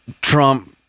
Trump